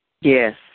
Yes